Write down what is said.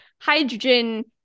hydrogen